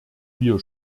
wir